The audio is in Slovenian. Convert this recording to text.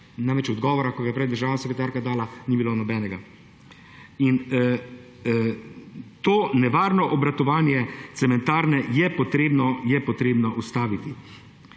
Namreč, odgovora, ki naj bi ga prej državna sekretarka dala, ni bilo nobenega. To nevarno obratovanje cementarne je potrebno ustaviti.